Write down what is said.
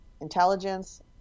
intelligence